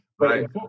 Right